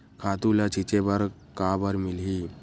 खातु ल छिंचे बर काबर मिलही?